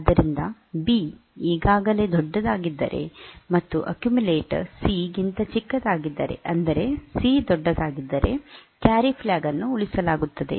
ಆದ್ದರಿಂದ ಬಿ ಈಗಾಗಲೇ ದೊಡ್ಡದಾಗಿದ್ದರೆ ಮತ್ತು ಅಕ್ಕ್ಯುಮ್ಯುಲೇಟರ್ ಸಿ ಗಿಂತ ಚಿಕ್ಕದಾಗಿದ್ದರೆ ಅಂದರೆ ಸಿ ದೊಡ್ಡದಾಗಿದ್ದರೆ ಕ್ಯಾರಿ ಫ್ಲಾಗ್ ಅನ್ನು ಉಳಿಸಲಾಗುತ್ತದೆ